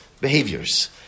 behaviors